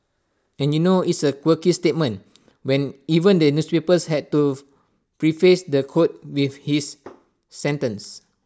and you know it's A quirky statement when even the newspapers had to preface the quote with his sentence